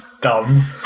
dumb